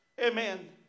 Amen